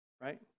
right